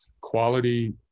quality